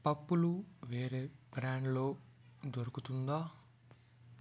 పప్పులు వేరే బ్రాండ్లో దొరుకుతుందా